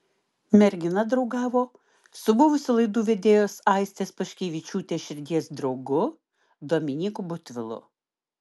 mergina draugavo su buvusiu laidų vedėjos aistės paškevičiūtės širdies draugu dominyku butvilu